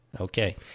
Okay